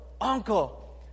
Uncle